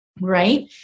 right